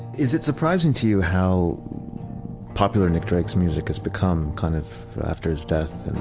is it surprising to you how popular nick drake's music has become kind of after his death